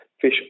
fish